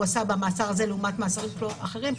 עשה במאסר הזה לעומת מאסרים אחרים.